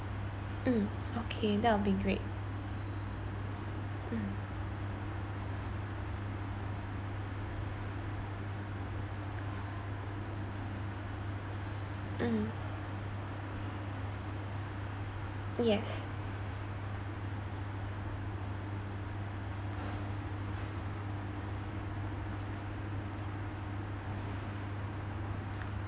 mm okay that'll be great mm mm yes